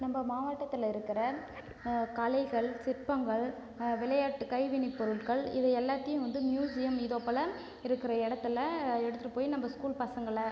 நம்ம மாவட்டத்தில் இருக்கிற கலைகள் சிற்பங்கள் விளையாட்டு கைவினை பொருட்கள் இவை எல்லாத்தையும் வந்து மியூசியம் இதை போல் இருக்கிற இடத்துல எடுத்துகிட்டு போய் நம்ம ஸ்கூல் பசங்களை